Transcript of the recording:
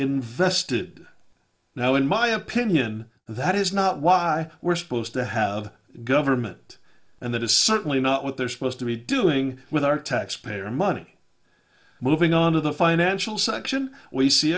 invested now in my opinion that is not why we're supposed to have government and that is certainly not what they're supposed to be doing with our taxpayer money moving on to the financial section we see